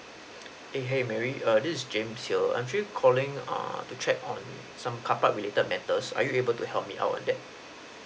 eh !hey! mary err this is james here I'm actually calling err to check on some car park related matters are you able to help me out on that